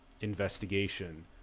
investigation